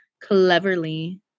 Cleverly